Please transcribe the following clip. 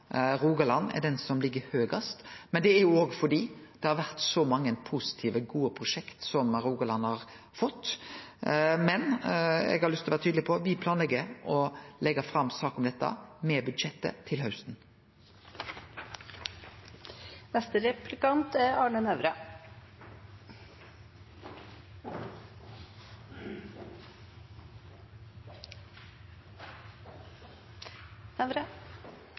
vore så mange positive, gode prosjekt som Rogaland har fått. Men eg har lyst til å vere tydeleg på at me planlegg å leggje fram ei sak om dette i budsjettet til hausten.